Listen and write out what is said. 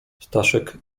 staszek